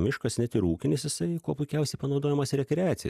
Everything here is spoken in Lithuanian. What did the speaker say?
miškas net ir ūkinis jisai kuo puikiausiai panaudojimas rekreacijai